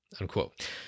unquote